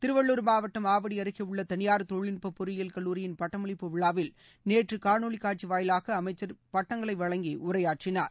திருவள்ளூர் மாவட்டம் ஆவடி அருகே உள்ள தனியார் தொழில்நுட்ப பொறியியல் கல்லூரியின் பட்டமளிப்பு விழாவில் நேற்று காணொலி காட்சி வாயிலாக அமைச்சர் பட்டங்களை வழங்கி உரையாற்றினார்